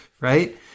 right